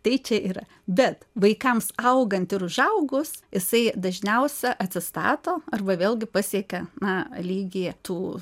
tai čia yra bet vaikams augant ir užaugus jisai dažniausia atsistato arba vėlgi pasiekia na lygį tų